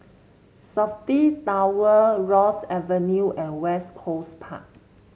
Safti Tower Ross Avenue and West Coast Park